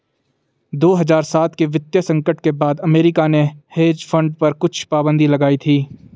दो हज़ार सात के वित्तीय संकट के बाद अमेरिका ने हेज फंड पर कुछ पाबन्दी लगाई थी